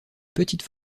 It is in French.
petites